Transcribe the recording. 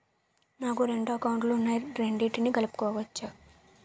నాకు రెండు అకౌంట్ లు ఉన్నాయి రెండిటినీ కలుపుకోవచ్చా?